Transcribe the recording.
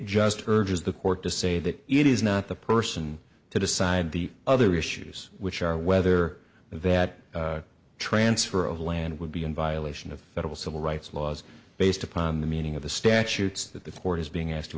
just purges the court to say that it is not the person to decide the other issues which are whether that transfer of land would be in violation of federal civil rights laws based upon the meaning of the statutes that the court is being asked to